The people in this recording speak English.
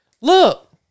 Look